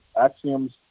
axioms